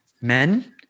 Men